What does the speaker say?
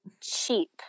Cheap